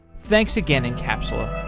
thanks again, encapsula